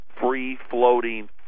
free-floating